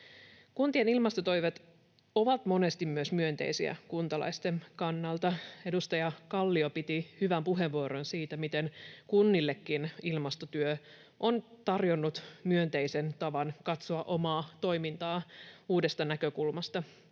Kuntien ilmastotoimet ovat monesti myös myönteisiä kuntalaisten kannalta. Edustaja Kallio piti hyvän puheenvuoron siitä, miten kunnillekin ilmastotyö on tarjonnut myönteisen tavan katsoa omaa toimintaa uudesta näkökulmasta.